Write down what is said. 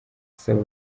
asaba